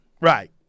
right